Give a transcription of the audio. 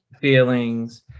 feelings